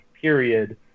period